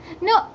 No